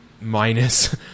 minus